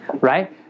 Right